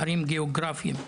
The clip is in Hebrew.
פערים גאוגרפים,